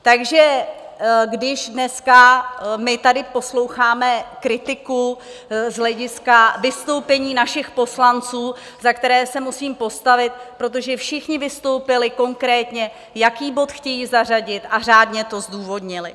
Takže když dneska my tady posloucháme kritiku z hlediska vystoupení našich poslanců, za které se musím postavit, protože všichni vystoupili konkrétně, jaký bod chtějí zařadit, a řádně to zdůvodnili.